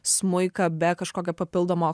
smuiką be kažkokio papildomo